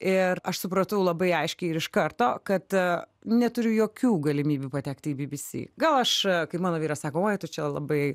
ir aš supratau labai aiškiai ir iš karto kad neturiu jokių galimybių patekti į bbc gal aš kaip mano vyras sako oi tu čia labai